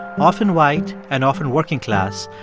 often white and often working class,